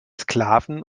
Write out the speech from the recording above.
sklaven